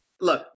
Look